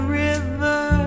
river